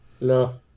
No